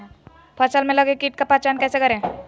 फ़सल में लगे किट का पहचान कैसे करे?